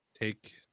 take